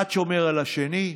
אחד שומר על השני,